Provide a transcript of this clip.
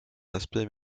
aspect